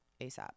ASAP